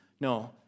No